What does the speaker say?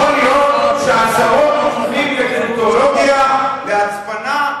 יכול להיות שעשרות מומחים לקריפטולוגיה, להצפנה,